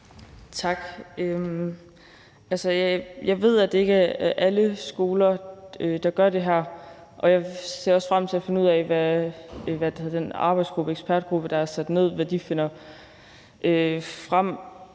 Tak. Jeg ved, at det ikke er alle skoler, der gør det her, og jeg ser også frem til at finde ud af, hvad den arbejdsgruppe, ekspertgruppe, der er nedsat, finder frem